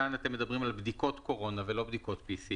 כאן אתם מדברים על בדיקות קורונה ולא בדיקות PCR